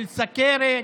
של סוכרת,